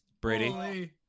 Brady